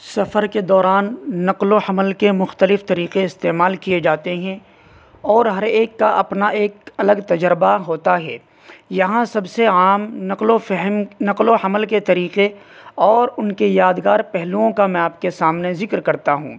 سفر کے دوران نقل و حمل کے مختلف طریقے استعمال کئے جاتے ہیں اور ہر ایک کا اپنا ایک الگ تجربہ ہوتا ہے یہاں سب سے عام نقل و فہم نقل و حمل کے طریقے اور ان کے یادگار پہلوؤں کا میں آپ کے سامنے ذکر کرتا ہوں